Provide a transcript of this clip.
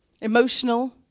emotional